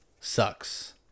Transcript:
sucks